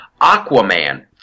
Aquaman